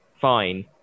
fine